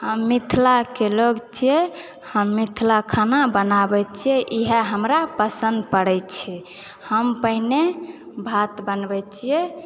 हम मिथिलाके लोग छिऐ हम मिथिला खाना बनाबै छिऐ इएह हमरा पसन्द पड़ै छै हम पहिने भात बनबै छिऐ